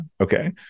Okay